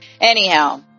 anyhow